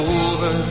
over